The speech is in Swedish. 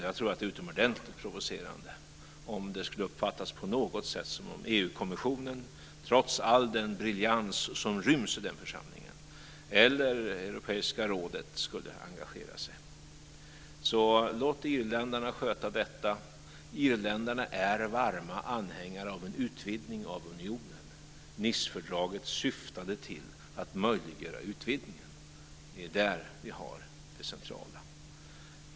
Jag tror att vore utomordentligt provocerande om det uppfattades som om EU-kommissionen - trots all den briljans som ryms i den församlingen - eller europeiska rådet engagerade sig. Låt irländarna sköta detta. Irländarna är varma anhängare av en utvidgning av unionen. Nicefördraget syftade till att möjliggöra utvidgningen. Det är det centrala.